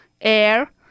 air